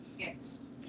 Yes